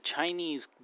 Chinese